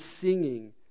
singing